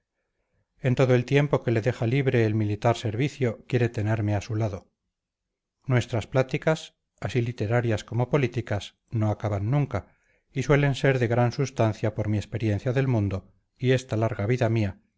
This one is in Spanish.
en todo el tiempo que le deja libre el militar servicio quiere tenerme a su lado nuestras pláticas así literarias como políticas no acaban nunca y suelen ser de gran substancia por mi experiencia del mundo y esta larga vida mía